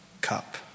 cup